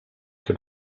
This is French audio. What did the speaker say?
que